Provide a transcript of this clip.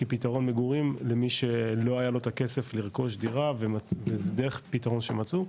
כפתרון מגורים למי שלא היה לו את הכסף לרכוש דירה וזה דרך פתרון שמצאו,